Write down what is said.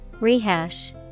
Rehash